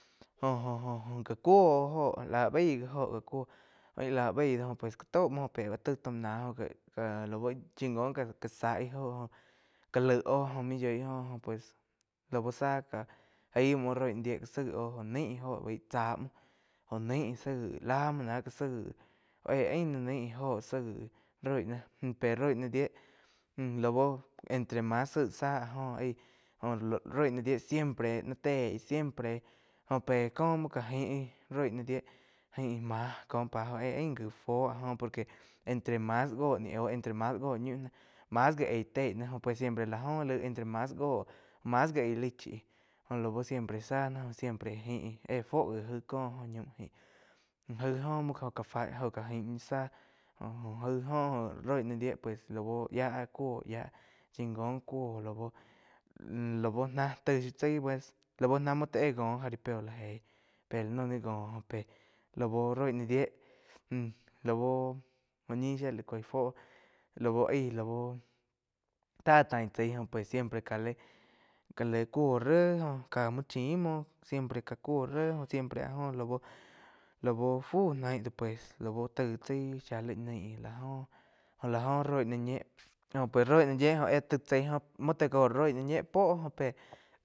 Jo-jo gá cuo óh óho la baig gi oh gá cúo íh la baí doh pues gá te muo pe áh taig taum náh oh lau chingon gá zá ih óho ká laig oh jo muo yoi óh pues lau záh cáh jaim muo roi ná die gá zaig oh jo naih jo bai tzá muo jo naig zaíg la muo náh gá zaig óh éh ain náh naih óho saig roi na pero roi ná dié lau entre mas zaíh záh áh jo aí óh roi náh dié siempre ná téi siempre joh péh cóh muo já jain roi ná dié ain má cóh pa óh éh ain gi fuo áh jo por que entre mas go ni au entre mas gó niu mas gi ei tei náh jo pues siempre la joh laig entre mas ngo mas gi éh laih chí jó lau siempre záh siempre jain éh fui gi jaí cóh ñaum jain jaí oh oh ga fa oh gá jaín záh óh-óh jai oh roi ná dié pues lau yiá cuó yia chingon cúo lau. Lau ná taig shiu tzai lau na éh ngo jaripeo la jei pe la noh ni ngo oh pe lau rói ná dié laú óh ñi shía la cúo fuo lau aíh lau tá tain tsai jo pues siempre cá le cuo réh joh cá muo chim múo siempre ká kuo ré, siempre áh jo lau, lau fú ná ih do pues lau taig tzaí siá laig naí lá óh lá óho roi ná ñé óh pe roi náh ñé óh éh taig chaí muo tá có roi náh ñe puo óh pe.